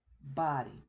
body